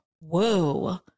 whoa